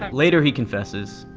um later he confesses,